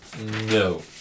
No